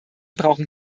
brauchen